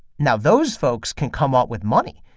now, those folks can come up with money.